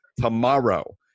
tomorrow